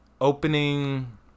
opening